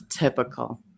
Typical